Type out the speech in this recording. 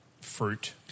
fruit